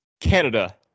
Canada